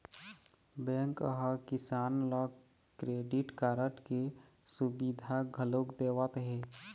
bank ह किसान ल क्रेडिट कारड के सुबिधा घलोक देवत हे